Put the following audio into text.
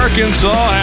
Arkansas